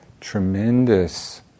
tremendous